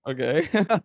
okay